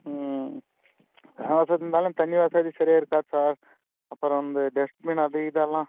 ம் இருந்தாலும் தண்ணி வசதி சரியாக இருக்காது சார் அப்புறம் வந்து டஸ்பின் அது இதெல்லாம்